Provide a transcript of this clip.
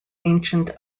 ancient